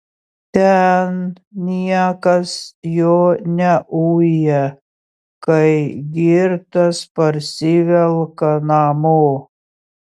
ten niekas jo neuja kai girtas parsivelka namo